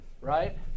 right